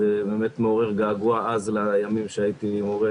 אז זה באמת מעורר געגוע אז לימים שהייתי מורה,